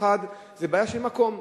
האחת זו בעיה של מקום.